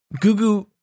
Gugu